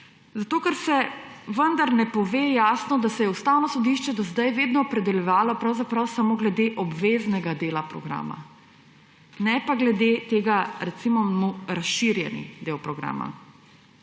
Zato ker se vendarle ne pove jasno, da se je Ustavno sodišče do zdaj vedno opredeljevalo pravzaprav samo glede obveznega dela programa, ne pa glede tega, recimo mu, razširjenega dela programa.